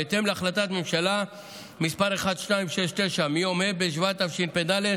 בהתאם להחלטת ממשלה מס' 1269 מיום ה' בשבט התשפ"ד,